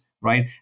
right